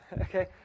Okay